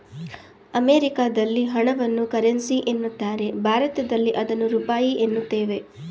ಅಮೆರಿಕದಲ್ಲಿ ಹಣವನ್ನು ಕರೆನ್ಸಿ ಎನ್ನುತ್ತಾರೆ ಭಾರತದಲ್ಲಿ ಅದನ್ನು ರೂಪಾಯಿ ಎನ್ನುತ್ತೇವೆ